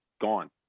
gone